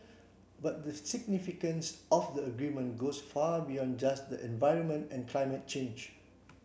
but the significance of the agreement goes far beyond just the environment and climate change